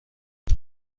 این